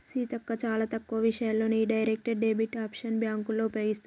సీతక్క చాలా తక్కువ విషయాల్లోనే ఈ డైరెక్ట్ డెబిట్ ఆప్షన్ బ్యాంకోళ్ళు ఉపయోగిస్తారట